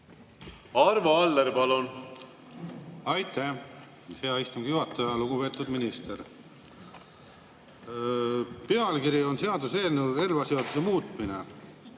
Arvo Aller, palun! Aitäh, hea istungi juhataja! Lugupeetud minister! Pealkiri on seaduseelnõul relvaseaduse muutmine,